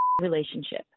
relationship